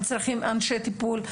הם צריכים אנשי טיפול.